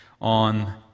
on